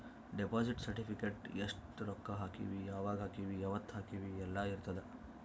deposit certificate ಎಸ್ಟ ರೊಕ್ಕ ಹಾಕೀವಿ ಯಾವಾಗ ಹಾಕೀವಿ ಯಾವತ್ತ ಹಾಕೀವಿ ಯೆಲ್ಲ ಇರತದ